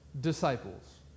disciples